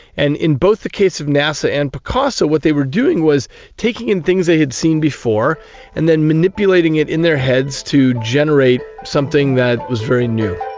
and in both the case of nasa and picasso, what they were doing was taking in things they had seen before and then manipulating it in their heads to generate something that was very new.